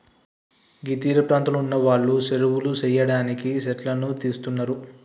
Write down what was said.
గీ తీరపాంతంలో ఉన్నవాళ్లు సెరువులు సెయ్యడానికి సెట్లను తీస్తున్నరు